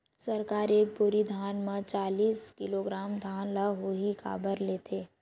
सरकार एक बोरी धान म चालीस किलोग्राम धान ल ही काबर लेथे?